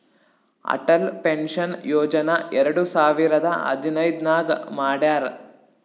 Atal pension ಯೋಜನಾ ಎರಡು ಸಾವಿರದ ಹದಿನೈದ್ ನಾಗ್ ಮಾಡ್ಯಾರ್